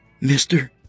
Mister